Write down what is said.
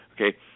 Okay